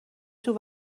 توی